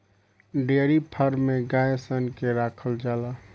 dairy farm में गाय सन के राखल जाला